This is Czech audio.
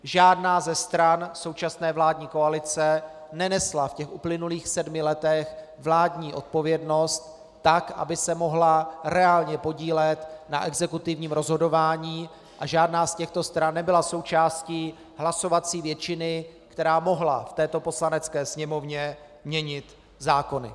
Žádná ze stran současné vládní koalice nenesla v uplynulých sedmi letech vládní odpovědnost tak, aby se mohla reálně podílet na exekutivním rozhodování, a žádná z těchto stran nebyla součástí hlasovací většiny, která mohla v této Poslanecké sněmovně měnit zákony.